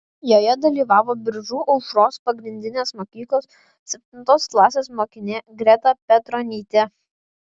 joje dalyvavo biržų aušros pagrindinės mokyklos septintos klasės mokinė greta petronytė